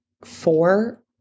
four